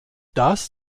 das